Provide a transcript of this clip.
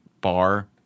bar